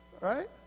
Right